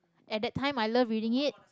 at that time I love reading it